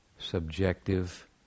Subjective